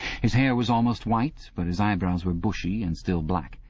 his hair was almost white, but his eyebrows were bushy and still black.